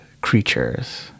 creatures